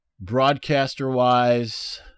Broadcaster-wise